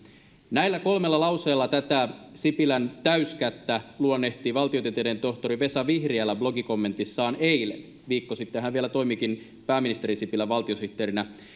näillä kolmella lauseella tätä sipilän täyskättä luonnehti valtiotieteiden tohtori vesa vihriälä blogikommentissaan eilen viikko sitten hän vielä toimikin pääministeri sipilän valtiosihteerinä